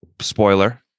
Spoiler